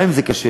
גם אם זה קשה,